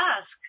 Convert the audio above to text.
ask